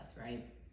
right